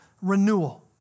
renewal